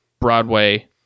Broadway